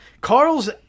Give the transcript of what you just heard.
Carl's